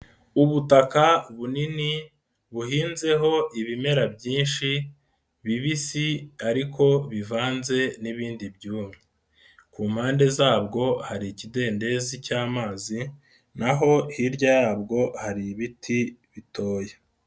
Ubutaka bunini buhinzeho ibimera byinshi bibisi ariko bivanze n'ibindi byumye, ku mpande zabwo hari ikidendezi cy'amazi naho hirya yabwo hari ibiti bitoya.